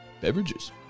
beverages